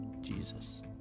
Jesus